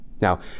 Now